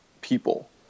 people